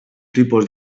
tipos